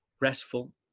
restful